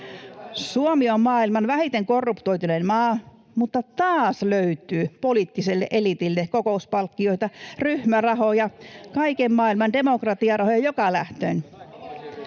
Suomi on maailman vähiten korruptoitunein maa, mutta taas löytyy poliittiselle eliitille kokouspalkkioita, ryhmärahoja, kaiken maailman demokratiarahoja joka lähtöön.